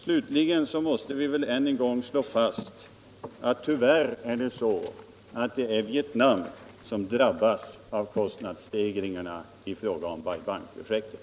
Slutligen måste det än en gång slås fast att tyvärr är det Vietnam som drabbas av kostnadsstegringarna i fråga om Bai Bang-projektet.